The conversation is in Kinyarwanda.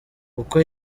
uko